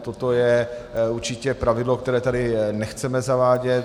Toto je určitě pravidlo, které tady nechceme zavádět.